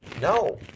No